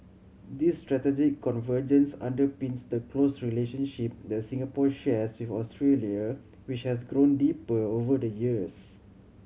this strategic convergence underpins the close relationship that Singapore shares Australia which has grown deeper over the years